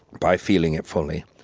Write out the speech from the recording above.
by feeling it fully,